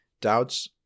Doubts